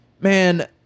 man